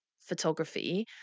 photography